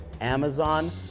Amazon